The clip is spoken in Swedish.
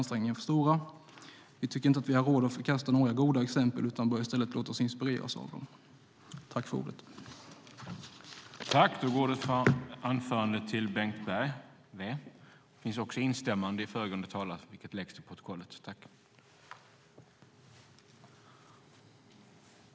Vi tycker inte att vi har råd att förkasta några goda exempel, utan vi bör i stället låta oss inspireras av dem. I detta anförande instämde Johnny Skalin .